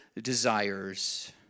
desires